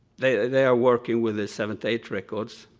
they they are working with the seventy eight records